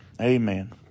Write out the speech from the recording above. amen